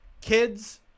Kids